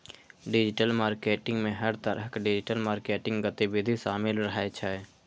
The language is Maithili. डिजिटल मार्केटिंग मे हर तरहक डिजिटल मार्केटिंग गतिविधि शामिल रहै छै